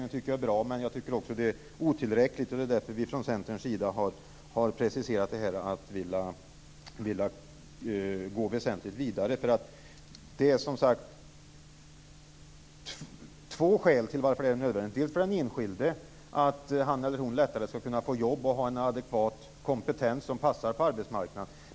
Det tycker jag är bra, men jag tycker också att det är otillräckligt. Det är därför vi från Centerns sida har preciserat vårt krav på att gå väsentligt vidare. Det finns som sagt två skäl till varför det är nödvändigt. För den enskilde är det viktigt därför att han eller hon lättare kan få jobb och en adekvat kompetens som passar på arbetsmarknaden.